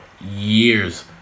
years